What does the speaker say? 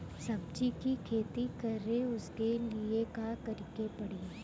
सब्जी की खेती करें उसके लिए का करिके पड़ी?